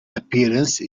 appearance